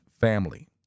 family